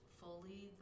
fully